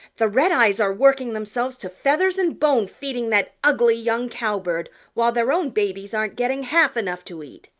the redeyes are working themselves to feathers and bone feeding that ugly young cowbird while their own babies aren't getting half enough to eat,